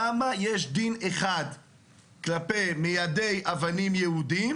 למה יש דין אחד כלפי מיידי אבנים יהודים